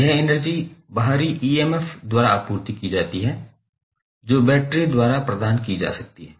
यह एनर्जी बाहरी ईएमएफ द्वारा आपूर्ति की जाती है जो बैटरी द्वारा प्रदान की जाती है